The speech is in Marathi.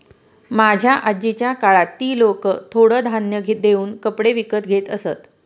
माझ्या आजीच्या काळात ती लोकं थोडं धान्य देऊन कपडे विकत घेत असत